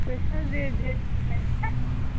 تُہۍ چھِو حظ یہِ جے کے بینک پیٚٹھ